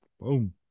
boom